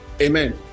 Amen